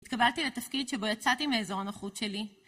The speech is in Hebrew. התקבלתי לתפקיד שבו יצאתי מאיזור הנוחות שלי.